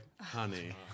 honey